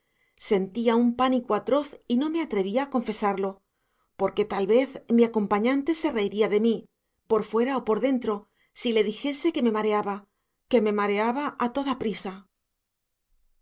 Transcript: sentía un pánico atroz y no me atrevía a confesarlo porque tal vez mi acompañante se reiría de mí por fuera o por dentro si le dijese que me mareaba que me mareaba a toda prisa